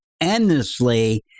endlessly